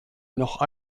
noch